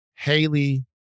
Haley